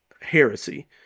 heresy